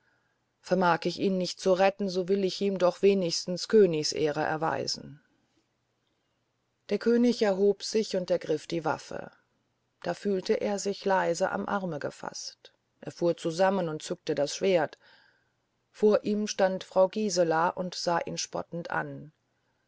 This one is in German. vermag ich ihn nicht zu retten so will ich ihm doch wenigstens königsehre erweisen der könig erhob sich und ergriff die waffe da fühlte er sich leise am arme gefaßt er fuhr zusammen und zückte das schwert vor ihm stand frau gisela und sah ihn spottend an